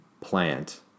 plant